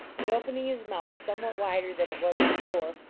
and, opening his mouth somewhat wider than it was before,